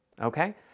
Okay